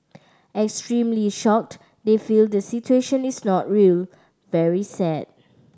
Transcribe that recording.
extremely shocked they feel the situation is not real very sad